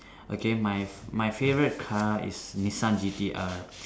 okay my my favourite car is Nissan G_T_R